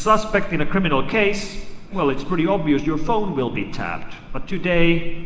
suspect in a criminal case, well, it's pretty obvious, your phone will be tapped. but today,